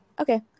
Okay